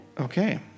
Okay